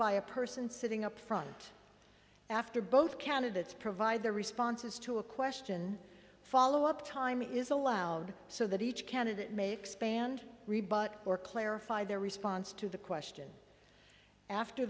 by a person sitting up front after both candidates provide their responses to a question follow up time is allowed so that each candidate may expand rebut or clarify their response to the question after